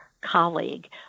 colleague